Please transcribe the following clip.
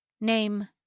Name